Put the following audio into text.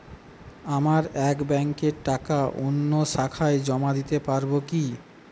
আমার এক ব্যাঙ্কের টাকা অন্য শাখায় জমা দিতে পারব কি?